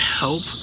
help